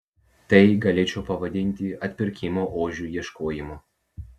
tai galėčiau pavadinti atpirkimo ožių ieškojimu